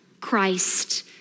Christ